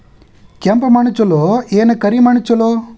ಕೆಂಪ ಮಣ್ಣ ಛಲೋ ಏನ್ ಕರಿ ಮಣ್ಣ ಛಲೋ?